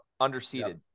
underseated